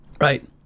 right